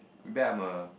maybe I'm a